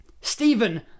Stephen